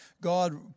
God